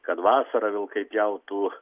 kad vasarą vilkai pjautų